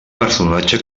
personatge